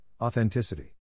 authenticity